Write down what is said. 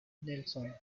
nelson